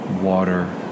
water